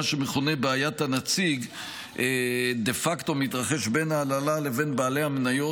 מה שמכונה "בעיית הנציג" מתרחש דה פקטו בין ההנהלה לבין בעלי המניות,